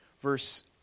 verse